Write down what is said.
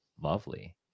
lovely